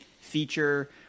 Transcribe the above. feature